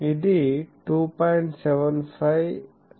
75 lambda not